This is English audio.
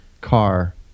car